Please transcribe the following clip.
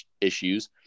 issues